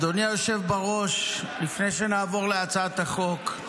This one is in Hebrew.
אדוני היושב-ראש, לפני שנעבור להצעת החוק,